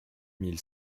mille